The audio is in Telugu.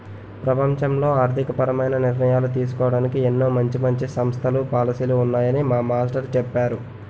ప్రపంచంలో ఆర్థికపరమైన నిర్ణయాలు తీసుకోడానికి ఎన్నో మంచి మంచి సంస్థలు, పాలసీలు ఉన్నాయని మా మాస్టారు చెప్పేరు